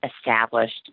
established